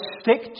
stick